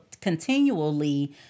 continually